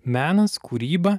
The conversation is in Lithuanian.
menas kūryba